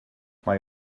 mae